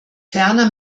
ferner